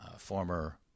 Former